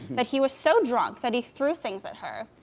that he was so drunk that he threw things at her.